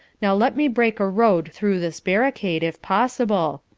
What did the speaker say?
now let me break a road through this barricade, if possible,